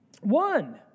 one